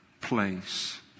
place